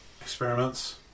experiments